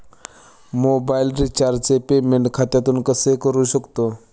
Mobile रिचार्जचे payment खात्यातून कसे करू शकतो?